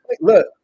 look